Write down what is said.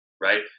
right